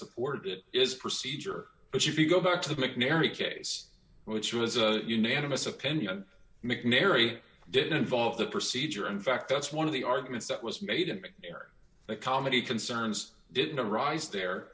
supported it is procedure as you go back to the mcnairy case which was a unanimous opinion mcnairy didn't involve the procedure in fact that's one of the arguments that was made an error a comedy concerns didn't arise there